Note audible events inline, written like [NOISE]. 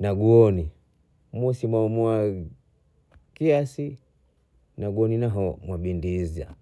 Naguoni musima [HESITATION] kiasi nagoni nao na bwindiza